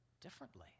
differently